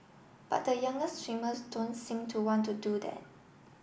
but the younger swimmers don't seem to want to do that